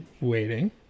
Waiting